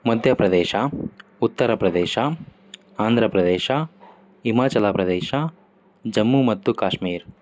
ಮಧ್ಯ ಪ್ರದೇಶ ಉತ್ತರ ಪ್ರದೇಶ ಆಂಧ್ರ ಪ್ರದೇಶ ಹಿಮಾಚಲ ಪ್ರದೇಶ ಜಮ್ಮು ಮತ್ತು ಕಾಶ್ಮೀರ್